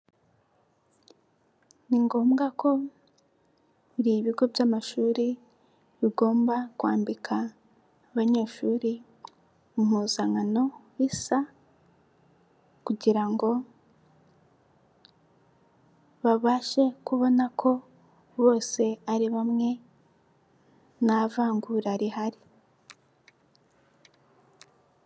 Ni ngombwa ko ibigo by'amashuri bigomba kwambika abanyeshuri impuzankano isa kugira ngo babashe kubona ko bose ari bamwe nta vangura rihari.